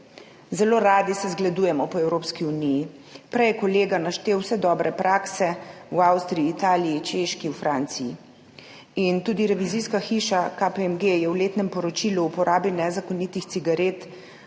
Zelo radi se zgledujemo po Evropski uniji. Prej je kolega naštel vse dobre prakse v Avstriji, Italiji, na Češkem, v Franciji. Tudi revizijska hiša KPMG je v letnem poročilu o uporabi nezakonitih cigaret